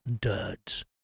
duds